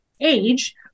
age